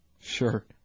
Sure